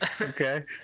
Okay